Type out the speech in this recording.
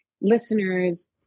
listeners